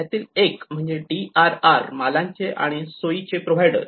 त्यातील एक म्हणजे DRR मालांचे आणि सोयीचे प्रोव्हायडर